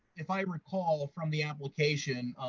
if i recall from the application.